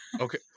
Okay